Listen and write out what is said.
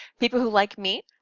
people who like meat,